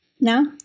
Now